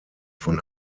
von